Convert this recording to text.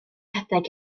rhedeg